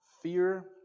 Fear